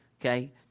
okay